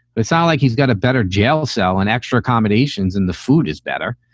that's all. like he's got a better jail cell and extra accommodations and the food is better.